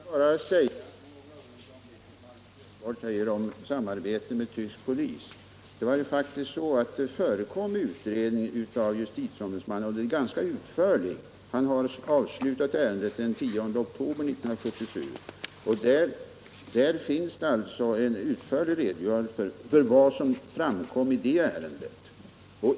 Herr talman! Jag skall bara något kommentera det som Alf Lövenborg säger om samarbete med tysk polis. Det har faktiskt gjorts en utredning, en ganska utförlig sådan, av justitieombudsmannen. Han avslutade ärendet den 10 oktober 1977. Där finns en utförlig redogörelse för vad som framkommit.